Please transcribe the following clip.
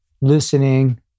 listening